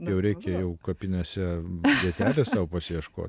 jau reikia jau kapinėse vietelės sau pasiieškot